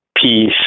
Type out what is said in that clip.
peace